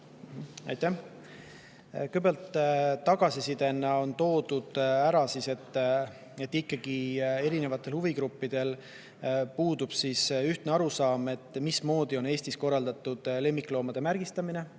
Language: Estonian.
Aitäh! Kõigepealt, tagasisidena on toodud ära, et erinevatel huvigruppidel puudub ühtne arusaam, mismoodi on Eestis korraldatud lemmikloomade märgistamine.